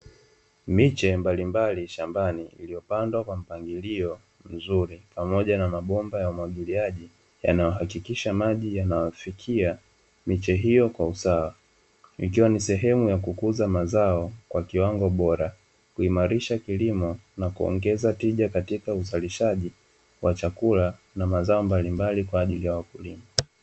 Miche mbalimbali shambani iliyopandwa kwa mpangilio mzuri pamoja na mabomba ya umwagiliaji yanayohakikisha maji yanawafikia miche hiyo kwa usawa ikiwa ni sehemu ya kukuza mazao kwa kiwango bora kuhimarisha kilimo na kuongeza tija katika uzalishaji wa chakula na mazao mbalimbali kwa ajili ya wakulima.